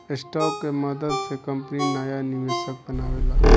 stock के मदद से कंपनी नाया निवेशक बनावेला